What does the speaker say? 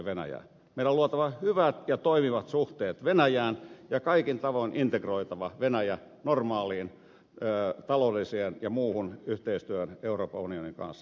meidän on luotava hyvät ja toimivat suhteet venäjään ja kaikin tavoin integroitava venäjä normaaliin taloudelliseen ja muuhun yhteistyöhön euroopan unionin kanssa